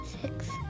Six